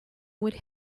would